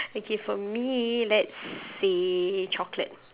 okay for me let's say chocolate